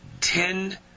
ten